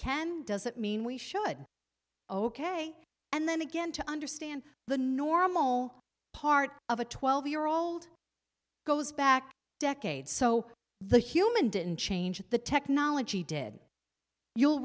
can doesn't mean we should ok and then again to understand the normal part of a twelve year old goes back decades so the human didn't change the technology did you'll